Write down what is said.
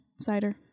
cider